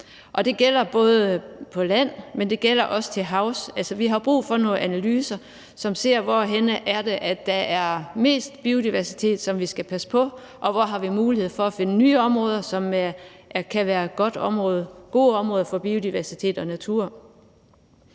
det gælder på land, men det gælder også til havs – altså, vi har brug for nogle analyser, som viser, hvor det er, at der er mest biodiversitet, som vi skal passe på, og hvor vi har mulighed for at finde nye områder, som kan være gode områder i forhold til biodiversitet og